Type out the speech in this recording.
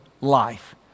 life